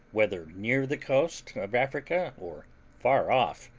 whether near the coast of africa, or far off,